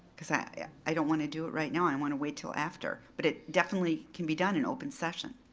cause i yeah i don't wanna do it right now, i want to wait til after. but it definitely can be done in open session.